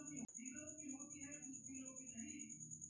मालिक के अलावा अचल सम्पत्ति मे कोए भी बदलाव नै करी सकै छै